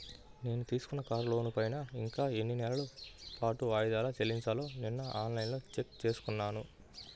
నేను తీసుకున్న కారు లోనుపైన ఇంకా ఎన్ని నెలల పాటు వాయిదాలు చెల్లించాలో నిన్నఆన్ లైన్లో చెక్ చేసుకున్నాను